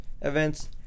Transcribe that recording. events